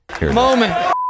Moment